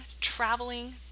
traveling